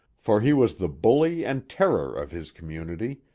for he was the bully and terror of his community,